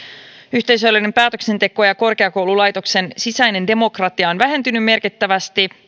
yhteisöllinen päätöksenteko ja ja korkeakoululaitoksen sisäinen demokratia ovat vähentyneet merkittävästi